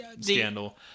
scandal